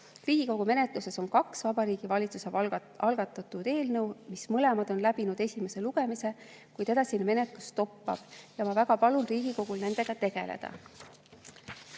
Riigikogu menetluses on kaks Vabariigi Valitsuse algatatud eelnõu, mis mõlemad on läbinud esimese lugemise, kuid edasine menetlus toppab. Ma väga palun Riigikogul nendega tegeleda.